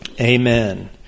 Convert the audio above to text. Amen